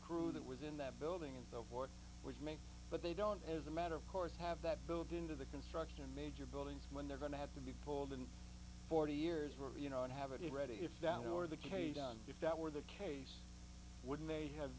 crew that was in that building and so forth would make but they don't as a matter of course have that built into the construction major buildings when they're going to have to be pulled in forty years were you know and have it ready it down or the k down if that were the case wouldn't they have